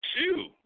two